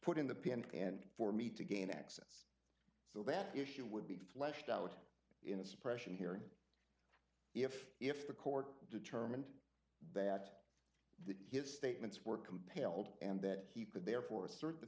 put in the pin and for me to gain access so that issue would be fleshed out in a suppression hearing if if the court determined that the his statements were compelled and that he could therefore assert the